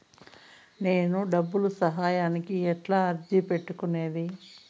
నేను డబ్బు సహాయానికి ఎట్లా అర్జీ పెట్టుకునేది?